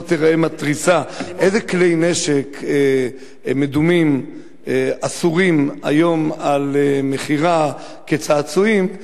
שלא תיראה מתריסה: איזה כלי-נשק מדומים אסורים היום למכירה כצעצועים,